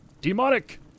Demonic